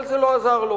אבל זה לא עזר לו,